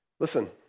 Listen